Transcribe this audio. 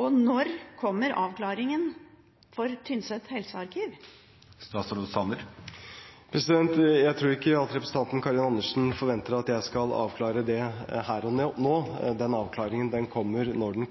Og når kommer avklaringen for Tynset helsearkiv? Jeg tror ikke representanten Karin Andersen forventer at jeg skal avklare det her og nå. Den